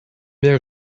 wäre